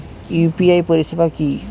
UPI পরিষেবা কি?